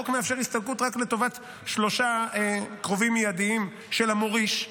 החוק מאפשר הסתלקות רק לטובת שלושה קרובים מיידיים של המוריש.